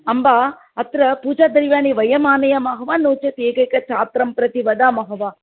अम्ब अत्र पूजाद्रव्याणि वयमानयामः वा नो चेत् एकैक छात्रं प्रति वदामः वा